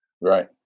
right